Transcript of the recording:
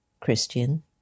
Christian